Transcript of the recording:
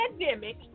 pandemic